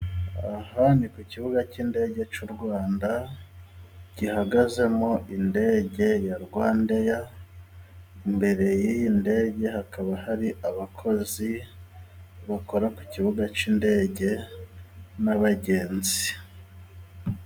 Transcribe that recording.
Aha ni ku kibuga cy'indege cy'u Rwanda, gihagazemo indege ya Rwandeya, imbere y'iyi ndege, hakaba hari abakozi bakora ku kibuga cy'indege n'abagenzi.